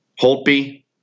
Holtby